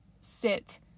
sit